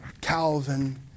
Calvin